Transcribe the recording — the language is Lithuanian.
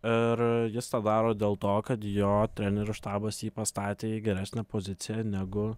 ir jis tą daro dėl to kad jo trenerių štabas jį pastatė į geresnę poziciją negu